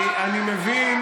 הם רצחו פלסטיני, אני מבין,